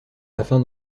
afin